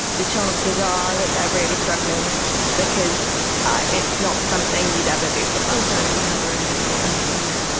the chances are that they're really struggling because ah it's not something you'd ever do for fun it's also it's another invisible illness, isn't it?